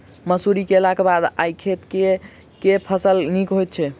मसूरी केलाक बाद ओई खेत मे केँ फसल नीक होइत छै?